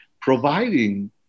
providing